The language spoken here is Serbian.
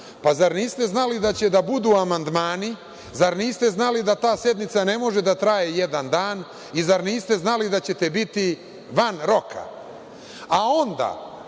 Zar niste znali da će da budu amandmani, zar niste znali da ta sednica ne može da traje jedan dan i zar niste znali da ćete biti van roka?A